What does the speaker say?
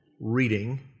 reading